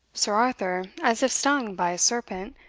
sir arthur, as if stung by a serpent,